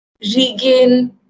regain